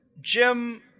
Jim